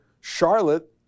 Charlotte